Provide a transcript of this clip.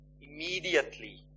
immediately